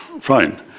Fine